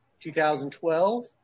2012